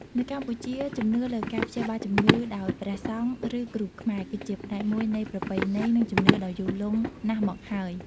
នៅកម្ពុជា ជំនឿលើការព្យាបាលជំងឺដោយព្រះសង្ឃ ឬគ្រូខ្មែរ គឺជាផ្នែកមួយនៃប្រពៃណី និងជំនឿដ៏យូរលង់ណាស់មកហើយ។